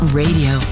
radio